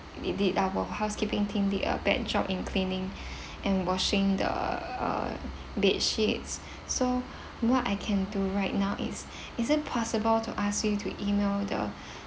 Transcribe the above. did did our housekeeping team did a bad job in cleaning and washing the uh bed sheets so what I can do right now is is it possible to ask you to E-mail the